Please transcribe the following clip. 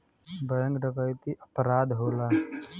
bank डकैती अपराध होला